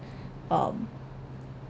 um